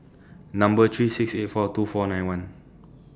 Number three six eight four two four nine one